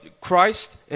Christ